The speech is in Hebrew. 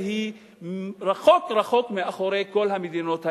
רחוק אחרי כל המדינות האלה,